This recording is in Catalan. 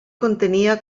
contenia